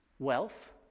Wealth